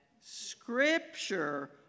Scripture